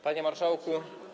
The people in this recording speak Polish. Panie Marszałku!